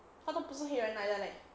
他都不是黑人来的 leh